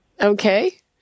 Okay